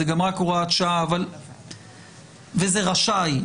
זאת רק הוראת שעה וזה רשאי,